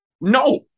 No